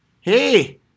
Hey